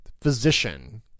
physician